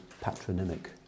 patronymic